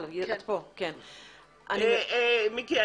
מיקי,